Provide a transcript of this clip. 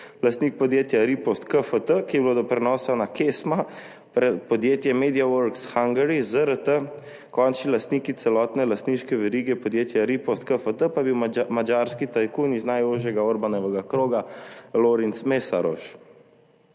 Lastnik podjetja Ripost Kft., ki je bilo do prenosa na KESMA podjetje Mediaworks Hungary Zrt. končni lastnik celotne lastniške verige podjetja Ripost Kft., pa je bil madžarski tajkun iz najožjega Orbanovega kroga Lörinc Meszaros.